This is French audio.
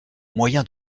moyen